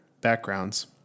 backgrounds